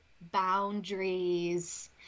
boundaries